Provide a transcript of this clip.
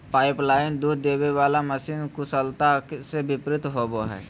pipeline दूध देबे वाला मशीन कुशलता से वितरित होबो हइ